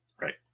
right